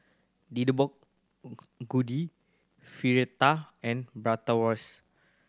Deodeok Fritada and Bratwurst